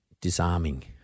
disarming